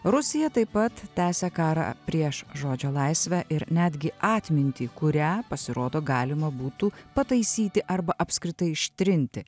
rusija taip pat tęsia karą prieš žodžio laisvę ir netgi atmintį kurią pasirodo galima būtų pataisyti arba apskritai ištrinti